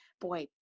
boy